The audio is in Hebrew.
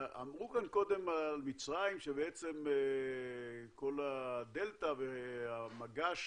אמרו כאן קודם על מצרים שבעצם כל הדלתא והמגש